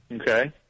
Okay